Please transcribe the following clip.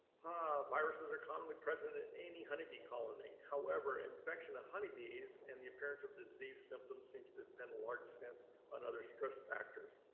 ah viruses are commonly present in any honeybee colony. however, infection of honeybees and the appearance of disease symptoms seems to depend a large extent on other stress factors,